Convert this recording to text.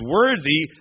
worthy